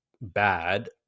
bad